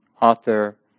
author